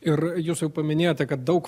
ir jūs jau paminėjote kad daug